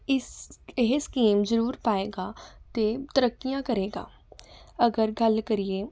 ਇਸ ਇਹ ਸਕੀਮ ਜ਼ਰੂਰ ਪਾਏਗਾ ਅਤੇ ਤਰੱਕੀਆਂ ਕਰੇਗਾ ਅਗਰ ਗੱਲ ਕਰੀਏ